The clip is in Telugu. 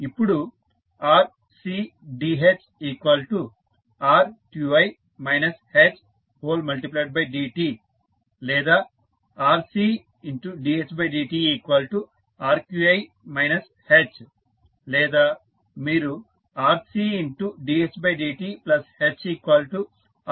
ఇప్పుడు RCdh Rqi hdt లేదా RCdhdtRqi h లేదా మీరు RCdhdt h Rqi అని చెప్పవచ్చు